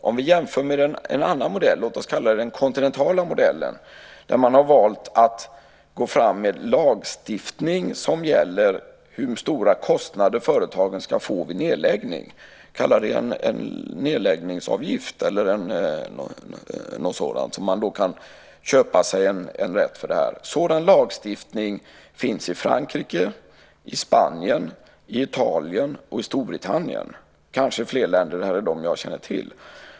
Vi kan jämföra med en annan modell - låt oss kalla den den kontinentala modellen - där man har valt att gå fram med lagstiftning som gäller hur stora kostnader företagen ska få vid nedläggning. Vi kan kalla det ett slags nedläggningsavgift för vilken man kan köpa sig en rätt till en sådan åtgärd. Sådan lagstiftning finns i Frankrike, i Spanien, i Italien och i Storbritannien - kanske i fler länder, men de här är de som jag känner till.